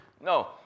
No